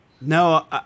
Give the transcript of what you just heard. No